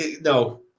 no